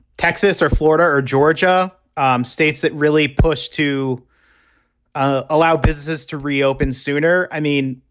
texas or florida or georgia um states that really pushed to ah allow businesses to reopen sooner. i mean,